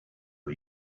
are